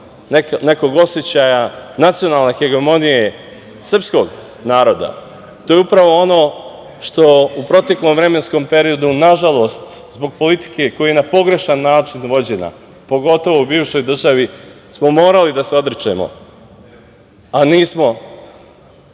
nekog osećaja nacionalne hegemonije srpskog naroda. To je upravo ono što u proteklom vremenskom periodu, nažalost, zbog politike koja je na pogrešan način vođena, pogotovo u bivšoj državi, smo morali da se odričemo, a nismo